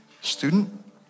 Student